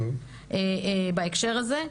בהקשר הזה.